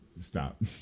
Stop